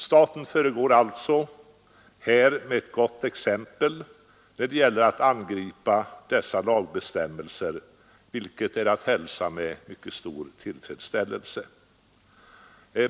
Staten föregår alltså med ett gott exempel när det gäller att angripa dessa lagbestämmelser, vilket är att hälsa med stor tillfredsställelse.